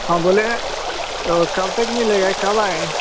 हाँ बोले हैं तो कब तक मिलेगा कब आएँ